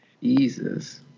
Jesus